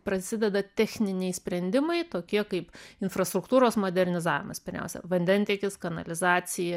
prasideda techniniai sprendimai tokie kaip infrastruktūros modernizavimas pirmiausia vandentiekis kanalizacija